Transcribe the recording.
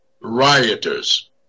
rioters